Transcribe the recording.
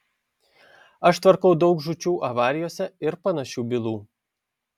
aš tvarkau daug žūčių avarijose ir panašių bylų